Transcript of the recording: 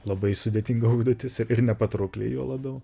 labai sudėtinga užduotis ir ir nepatraukliai juo labiau